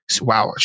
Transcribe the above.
Wow